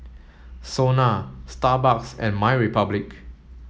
SONA Starbucks and MyRepublic